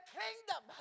kingdom